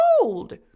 gold